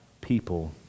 people